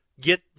get